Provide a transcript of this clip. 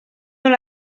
dans